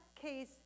case